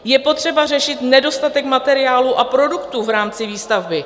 Je potřeba řešit nedostatek materiálu a produktů v rámci výstavby.